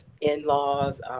in-laws